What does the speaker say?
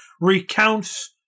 recounts